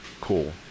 cool